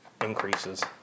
increases